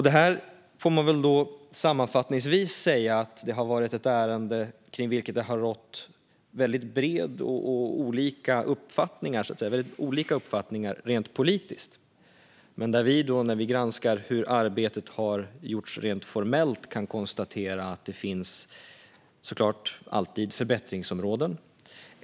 Sammanfattningsvis får man väl säga att det är ett ärende kring vilket det har rått väldigt olika uppfattningar rent politiskt. Men när vi granskat hur arbetet har gjorts rent formellt har vi kunnat konstatera att det såklart finns förbättringsområden.